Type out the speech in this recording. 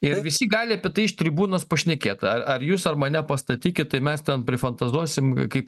ir visi gali apie tai iš tribūnos pašnekėt ar jus mane pastatykit tai mes ten prifantazuosim kaip